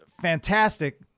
fantastic